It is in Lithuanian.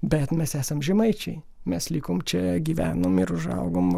bet mes esam žemaičiai mes likom čia gyvenom ir užaugom